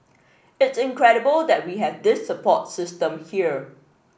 it's incredible that we have this support system here